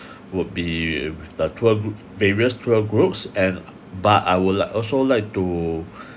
would be with the tour group various tour groups and but I will also like to